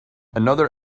another